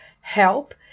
help